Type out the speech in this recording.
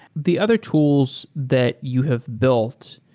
the other tools that you have built,